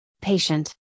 patient